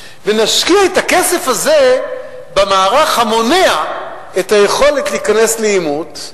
ונשקיע את הכסף הזה במערך המונע את היכולת להיכנס לעימות,